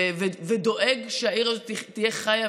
ודואג שהעיר הזאת תהיה חיה.